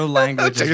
language